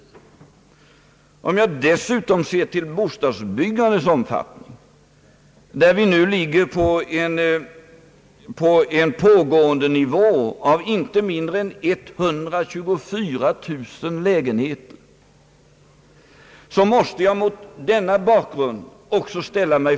Mot bakgrund av bostadsbyggandets omfattning — nu pågår byggande av inte mindre än 124 000 lägenheter — måste jag också erinra om en annan sida av problemet.